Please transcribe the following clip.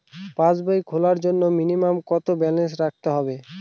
পাসবই খোলার জন্য মিনিমাম কত ব্যালেন্স রাখতে হবে?